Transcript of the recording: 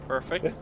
Perfect